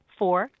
four